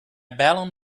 balloon